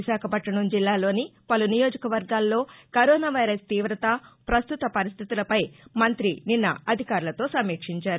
విశాఖపట్టణం జిల్లాలోని పలు నియోజక వర్గాల్లో కరోనా వైరస్ తీవత ప్రస్తుత పరిస్టితులపై మంతి నిన్న అధికారులతో సమీక్షించారు